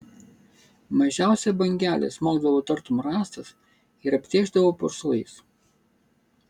mažiausia bangelė smogdavo tartum rąstas ir aptėkšdavo purslais